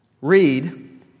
Read